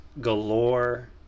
galore